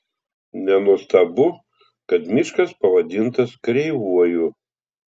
nenuostabu kad miškas pavadintas kreivuoju